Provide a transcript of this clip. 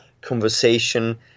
conversation